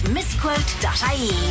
Misquote.ie